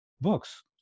books